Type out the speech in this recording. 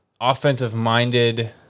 offensive-minded